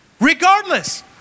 Regardless